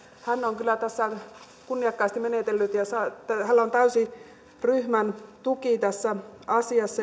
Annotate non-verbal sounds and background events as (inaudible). hän on kyllä tässä kunniakkaasti menetellyt ja hänellä on täysi ryhmän tuki tässä asiassa (unintelligible)